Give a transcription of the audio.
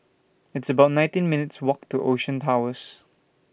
It's about nineteen minutes' Walk to Ocean Towers